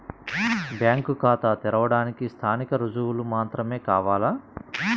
Bank ఖాతా తెరవడానికి స్థానిక రుజువులు మాత్రమే కావాలా?